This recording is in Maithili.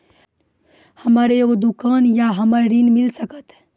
हमर एगो दुकान या हमरा ऋण मिल सकत?